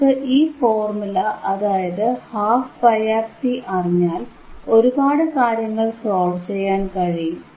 നമുക്ക് ഈ ഫോർമുല അതായത് 12πRC അറിഞ്ഞാൽ ഒരുപാട് കാര്യങ്ങൾ സോൾവ് ചെയ്യാൻ കഴിയും